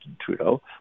Trudeau